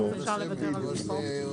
ואפשר לוותר על זה פה.